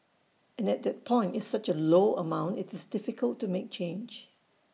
and at that point it's such A low amount IT is difficult to make change